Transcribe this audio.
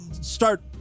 start